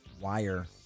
Wire